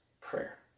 prayer